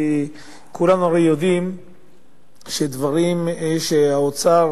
כי כולנו הרי יודעים שדברים שהאוצר